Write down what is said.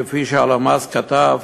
כפי שהלמ"ס כתב,